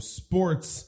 sports